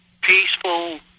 peaceful